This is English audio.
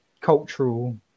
cultural